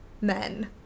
men